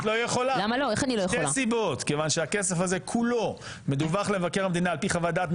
אבל כשאומר עורך הדין דול או עורך הדין דוד שיש פה בעיה